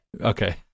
Okay